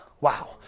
Wow